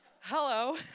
hello